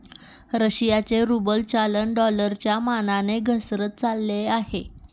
रशियाचे रूबल चलन डॉलरच्या मानाने घसरत चालले आहे